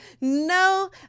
no